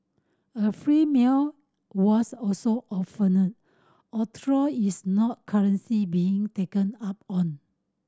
a free meal was also offered although it's not currency being taken up on